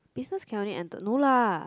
business can only enter no lah